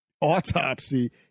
autopsy